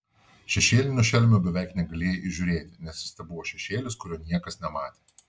šešėlinio šelmio beveik negalėjai įžiūrėti nes jis tebuvo šešėlis kurio niekas nematė